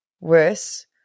worse